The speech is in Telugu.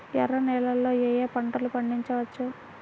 ఎర్ర నేలలలో ఏయే పంటలు పండించవచ్చు?